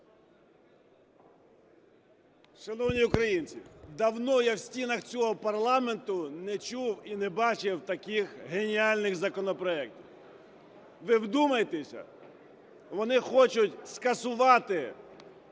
Шановні українці! Давно я в стінах цього парламенту не чув і не бачив таких геніальних законопроектів. Ви вдумайтеся: вони хочуть скасувати